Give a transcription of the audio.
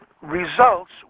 results